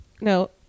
No